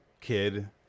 kid